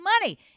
money